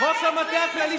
אופיר, בחייאת רבאק.